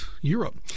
Europe